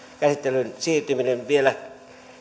käsittelyn siirtyminen vielä